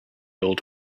old